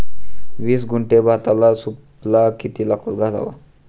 वीस गुंठे भाताला सुफला किती घालावा?